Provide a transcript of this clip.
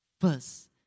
first